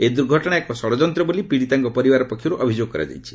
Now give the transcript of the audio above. ଏହି ଦୁର୍ଘଟଣା ଏକ ଷଡ଼ଯନ୍ତ୍ର ବୋଲି ପୀଡ଼ିତାଙ୍କ ପରିବାର ପକ୍ଷରୁ ଅଭିଯୋଗ କରାଯାଇଛି